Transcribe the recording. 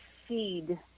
feed